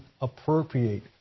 appropriate